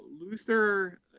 Luther